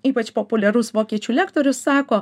ypač populiarus vokiečių lektorius sako